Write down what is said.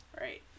Right